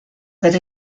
that